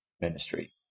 ministry